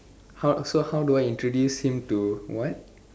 how so how do I introduce him to what